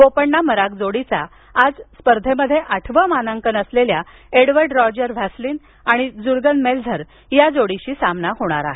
Bopanna Marach जोडीचा आज स्पर्धेत आठवं मानांकन असलेल्या एडवर्ड रॉजर व्हॅसेलीन आणि जुर्गन मेल्झर या जोडीशी सामना होणार आहे